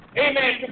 Amen